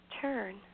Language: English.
turn